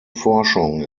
forschung